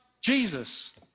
Jesus